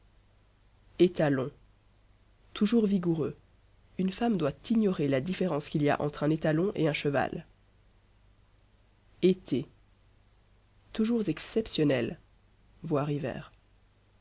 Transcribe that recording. étalon toujours vigoureux une femme doit ignorer la différence qu'il y a entre un étalon et un cheval été toujours exceptionnel